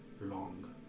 long